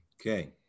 Okay